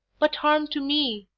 but harm to me,